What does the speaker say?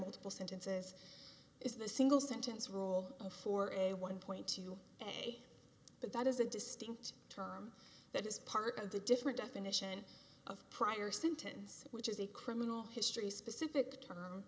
multiple sentences is the single sentence role for a one point two but that is a distinct term that is part of the different definition of prior sentence which is a criminal history specific t